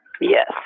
Yes